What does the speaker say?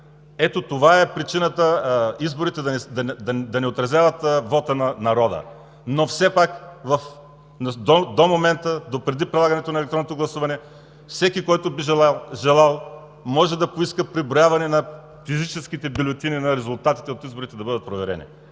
Ето, това е причината изборите да не отразяват вота на народа. Все пак до момента, до преди прилагането на електронното гласуване всеки, който би желал, може да поиска преброяване на физическите бюлетини, на резултатите от изборите, които да бъдат проверени,